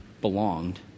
belonged